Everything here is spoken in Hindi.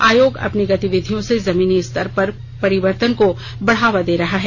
आयोग अपनी गतिविधियों से जमीनी स्तर पर परिवर्तन को बढ़ावा दे रहा है